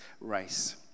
race